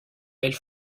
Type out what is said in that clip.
elle